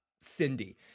Cindy